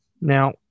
now